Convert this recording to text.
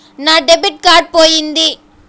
నా debit card పోయింది